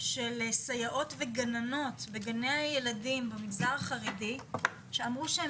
של סייעות וגננות בגני הילדים במגזר החרדי שאמרו שהם